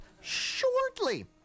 shortly